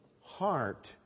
heart